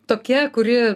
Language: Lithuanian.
tokia kuri